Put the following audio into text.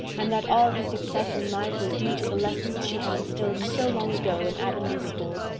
and that all his success in life was due to the lessons she had instilled so long ago in avonlea school.